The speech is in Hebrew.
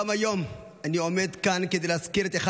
גם היום אני עומד כאן כדי להזכיר את אחד